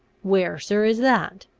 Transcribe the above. where, sir, is that?